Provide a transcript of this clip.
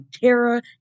terror